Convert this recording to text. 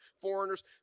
foreigners